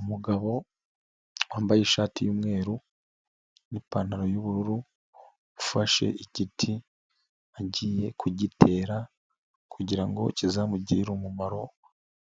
Umugabo wambaye ishati y'umweru n'ipantaro y'ubururu ufashe igiti agiye kugitera kugira ngo kizamugirire umumaro